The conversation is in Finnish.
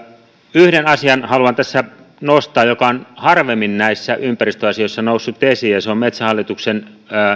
yhden asian haluan tässä nostaa joka on harvemmin näissä ympäristöasioissa noussut esiin ja se on metsähallituksen